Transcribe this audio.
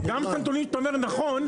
גם את הנתונים שאתה אומר נכון,